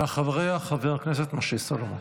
ואחריה, חבר הכנסת משה סולומון.